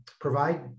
provide